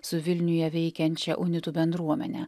su vilniuje veikiančia unitų bendruomene